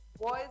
Boys